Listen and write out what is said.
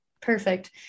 Perfect